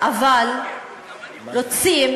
אבל רוצים